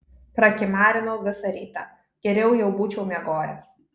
prakimarinau visą rytą geriau jau būčiau miegojęs